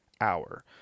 hour